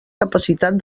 capacitat